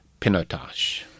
Pinotage